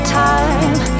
time